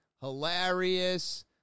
hilarious